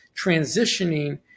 transitioning